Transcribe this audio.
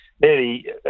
nearly